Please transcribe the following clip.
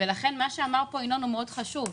לכן מה שאמר פה ינון הוא חשוב מאוד.